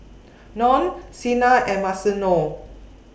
Lorne Sena and Marcello